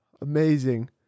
Amazing